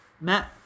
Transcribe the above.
Matt